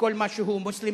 לכל מה שהוא מוסלמי.